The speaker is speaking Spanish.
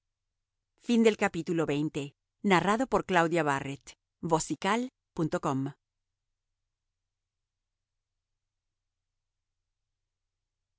luego el manto